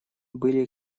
были